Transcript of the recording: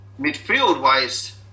Midfield-wise